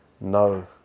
no